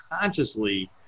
consciously